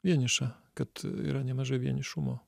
vieniša kad yra nemažai vienišumo